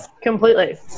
Completely